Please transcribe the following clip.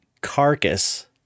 carcass